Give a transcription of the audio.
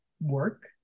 work